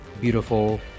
beautiful